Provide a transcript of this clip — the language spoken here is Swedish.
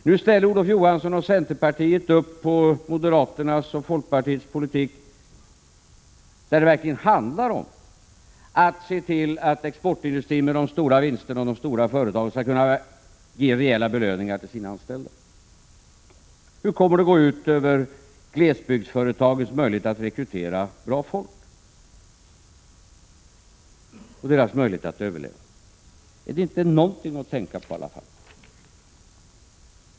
Nu ställer Olof Johansson och centerpartiet upp bakom moderaternas och folkpartiets politik, där det verkligen handlar om att se till att exportindustrin med de stora vinsterna och de stora företagen i övrigt skall kunna ge rejäla belöningar till sina anställda. Hur kommer detta att gå ut över glesbygdsföretagens möjligheter att rekrytera bra folk och deras möjligheter att överleva? Är det inte någonting att tänka på i alla fall?